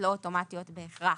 צריך